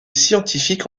scientifique